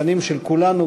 בנים של כולנו,